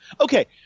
Okay